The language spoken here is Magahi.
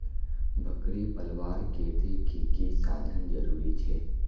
बकरी पलवार केते की की साधन जरूरी छे?